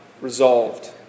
resolved